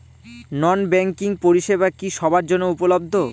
নন banking পরিষেবা কি সবার জন্য উপলব্ধ?